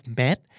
met